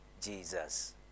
Jesus